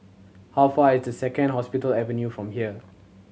how far away is the Second Hospital Avenue from here